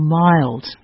mild